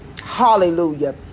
Hallelujah